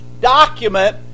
document